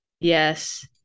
yes